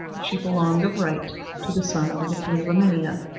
she belonged of right to the son of the king of emania.